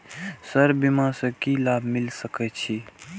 Sir बीमा से की लाभ मिल सके छी?